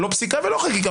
לא פסיקה ולא חקיקה,